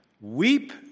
weep